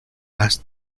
las